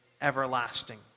everlasting